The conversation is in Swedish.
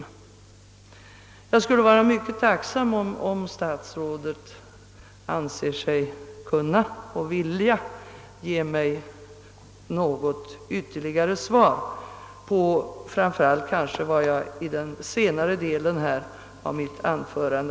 Jag skulle vara mycket tacksam, om statsrådet ansåg sig kunna ge mig något ytterligare svar, framför allt kanske på vad jag anfört i den senare delen av mitt anförande.